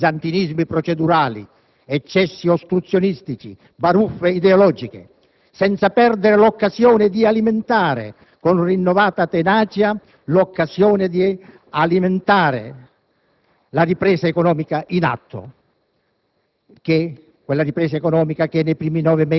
riprenderlo, questo cammino, senza perdere altro tempo in bizantinismi procedurali, eccessi ostruzionistici, baruffe ideologiche. Senza perdere l'occasione di alimentare con rinnovata tenacia e slancio la ripresa economica in atto,